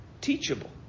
teachable